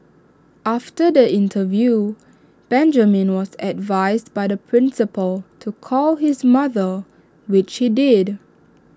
after the interview Benjamin was advised by the principal to call his mother which he did